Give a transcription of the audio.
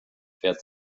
fährt